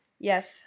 Yes